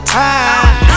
time